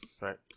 right